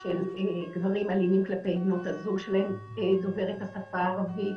של גברים אלימים כלפי בנות הזוג שלהם דוברת השפה הערבית,